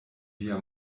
via